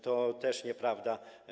To też nieprawda.